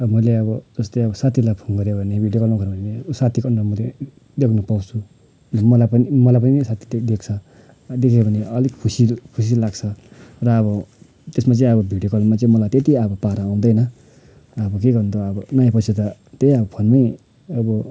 अब मैले अब जस्तै अब साथीलाई फोन गऱ्यो भने भिडियो कलमा गऱ्यो भने साथीको नम्बर देख्नु पाउँछु मलाई पनि मलाई पनि साथीले देख्छ देख्यो भने अलिक खुसी खुसी लाग्छ र अब त्यसमा चाहिँ अब भिडियो कलमा चाहिँ मलाई त्यति अब पारा आउँदैन अब के गर्नु त अब नआएपछि त त्यही अब फोनमै अब